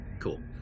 Cool